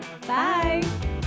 Bye